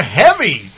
heavy